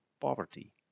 poverty